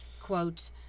quote